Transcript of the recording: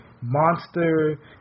monster